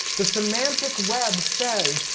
the semantic web says,